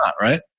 right